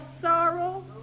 sorrow